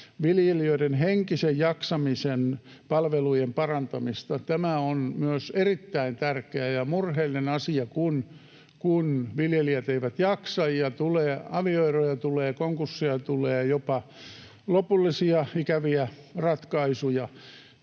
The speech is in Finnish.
viljelijöiden henkisen jaksamisen palvelujen parantamista — tämä on myös erittäin tärkeä ja murheellinen asia, kun viljelijät eivät jaksa ja tulee avioeroja ja tulee konkursseja ja tulee jopa lopullisia, ikäviä ratkaisuja,